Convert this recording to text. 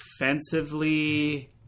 offensively